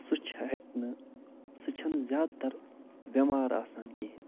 سُہ چھِ ہٮ۪کہِ نہٕ سُہ چھِنہٕ زیادٕ تَر بٮ۪مار آسان کِہیٖنۍ